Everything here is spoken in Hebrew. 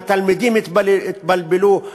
התלמידים התבלבלו,